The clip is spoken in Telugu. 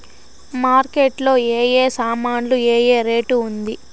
మార్కెట్ లో ఏ ఏ సామాన్లు ఏ ఏ రేటు ఉంది?